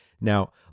Now